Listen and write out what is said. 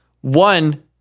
one